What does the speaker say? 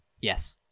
yes